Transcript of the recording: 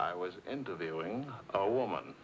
i was interviewing a woman